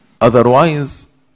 Otherwise